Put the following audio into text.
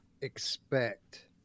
expect